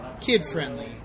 Kid-friendly